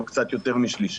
או קצת יותר משליש.